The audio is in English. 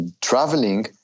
traveling